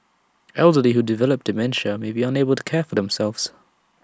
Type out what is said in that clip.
elderly who develop dementia may be unable to care for themselves